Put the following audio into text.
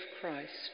Christ